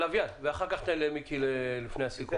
לביאן, ואחר כך אתן למיקי לפני הסיכום.